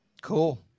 Cool